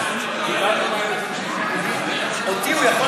קיבלנו מהייעוץ של הכנסת, אותי הוא יכול